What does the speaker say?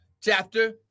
chapter